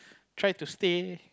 try to stay